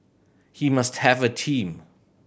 he must have a team